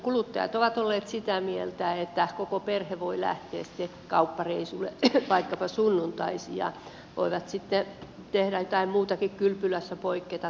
kuluttajat ovat olleet sitä mieltä että koko perhe voi lähteä kauppareissulle vaikkapa sunnuntaisin ja voi sitten tehdä jotain muutakin kylpylässä poiketa tai näin